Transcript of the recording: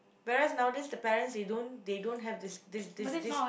parents nowadays the parents they don't they don't have this this this this